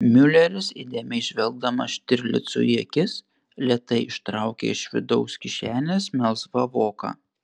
miuleris įdėmiai žvelgdamas štirlicui į akis lėtai ištraukė iš vidaus kišenės melsvą voką